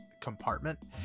compartment